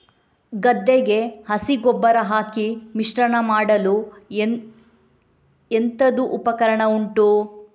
ಗದ್ದೆಗೆ ಹಸಿ ಗೊಬ್ಬರ ಹಾಕಿ ಮಿಶ್ರಣ ಮಾಡಲು ಎಂತದು ಉಪಕರಣ ಉಂಟು?